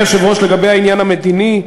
אדוני היושב-ראש, לגבי העניין המדיני,